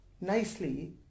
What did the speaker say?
nicely